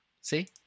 See